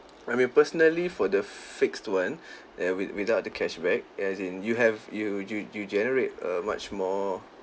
I mean personally for the fixed one yeah with without the cashback as in you have you you you generate a much more